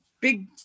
big